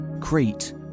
Crete